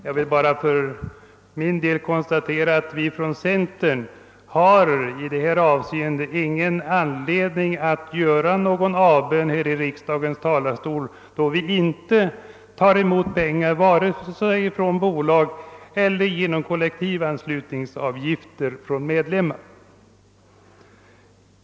Jag vill bara för centerns del konstatera, att vi i detta avseende inte har anledning att göra en avbön från kammarens talarstol, eftersom vi inte tar emot några pengar vare sig från bolag eller genom avgifter från kollektivanslutna medlemmar.